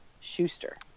schuster